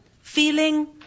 feeling